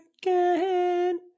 again